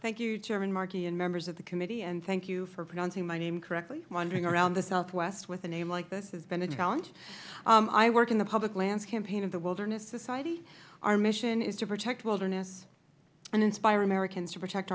thank you chairman markey and members of the committee and thank you for pronouncing my name correctly wandering around the southwest with a name like this has been a challenge i work in the public lands campaign of the wilderness society our mission is to protect wilderness and inspire americans to protect